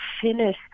finish